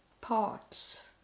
parts